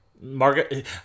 Margaret